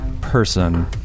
person